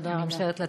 תודה רבה.